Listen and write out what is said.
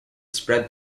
spread